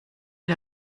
der